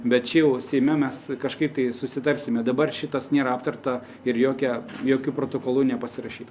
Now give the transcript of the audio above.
bet čia jau seime mes kažkaip tai susitarsime dabar šitas nėra aptarta ir jokia jokiu protokolu nepasirašyt